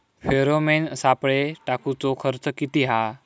Pheromone सापळे टाकूचो खर्च किती हा?